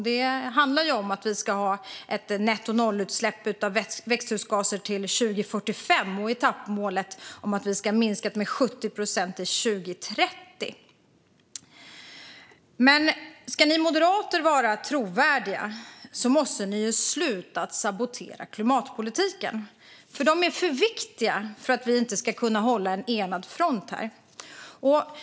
Det handlar om att vi ska ha nettonollutsläpp av växthusgaser till 2045 och om etappmålet att minska utsläppen med 70 procent till 2030. Men om ni moderater ska vara trovärdiga, Maria Stockhaus, måste ni sluta att sabotera klimatpolitiken. Den är för viktig för att vi inte ska kunna hålla en enad front.